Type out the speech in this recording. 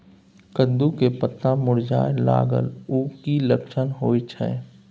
कद्दू के पत्ता मुरझाय लागल उ कि लक्षण होय छै?